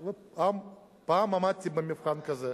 פעם עמדתי במבחן כזה,